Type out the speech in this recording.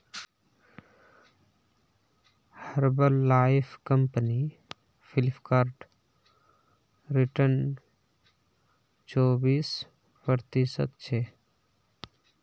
herbal life company Flipkart return चोबीस प्रतिशतछे